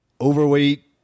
overweight